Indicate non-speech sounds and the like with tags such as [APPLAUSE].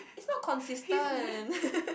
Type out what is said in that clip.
it's not consistent [LAUGHS]